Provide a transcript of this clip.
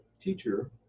teacher